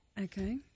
Okay